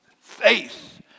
Faith